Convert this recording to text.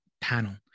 panel